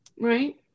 right